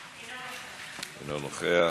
אינו נוכח.